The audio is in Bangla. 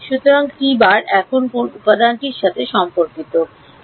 সুতরাং এখন কোন উপাদানটির সাথে সম্পর্কিত